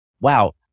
Wow